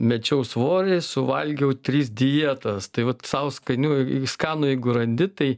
mečiau svorį suvalgiau tris dietas tai vat sau skanių skanų jeigu randi tai